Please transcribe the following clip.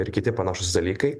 ir kiti panašūs dalykai